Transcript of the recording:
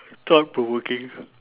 thought provoking